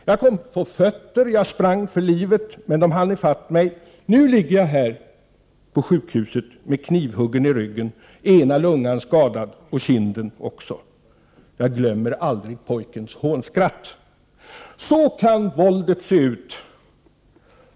Jag kom på fötter och sprang för livet. Men de hann ifatt mig. Nu ligger jag här på sjukhuset med knivhuggen i ryggen. Ena lungan är skadad, och kinden också. Jag glömmer aldrig pojkens hånskratt. | Så kan våldet se ut.